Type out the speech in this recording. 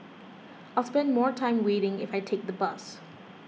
I'll spend more time waiting if I take the bus